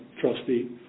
Trustee